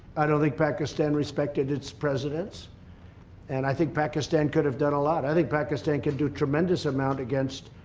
i don't think pakistan respected its presidents and i think pakistan could have done a lot i think pakistan could do tremendous amount against